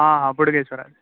हां हां बोडगेश्वराचे